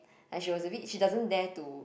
and she was a bit she doesn't dare to